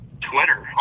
Twitter